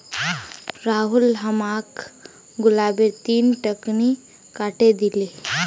राहुल हमाक गुलाबेर तीन टहनी काटे दिले